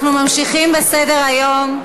אנחנו ממשיכים בסדר-היום.